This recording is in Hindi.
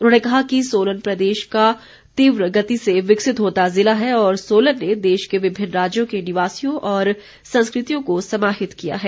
उन्होंने कहा कि सोलन प्रदेश का तीव्र गति से विकसित होता ज़िला है और सोलन ने देश के विभिन्न राज्यों के निवासियों और संस्कृतियों को समाहित किया है